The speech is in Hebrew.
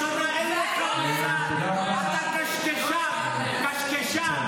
אתה קשקשן, קשקשן.